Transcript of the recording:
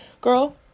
girl